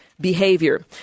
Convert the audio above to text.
behavior